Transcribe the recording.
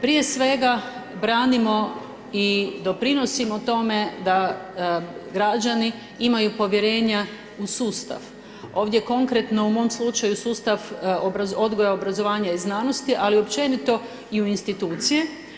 Prije svega branimo i doprinosimo tome da građani imaju povjerenja u sustav, ovdje konkretno u mom slučaju sustav odgoja, obrazovanja i znanosti ali općenito i u institucije.